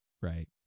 right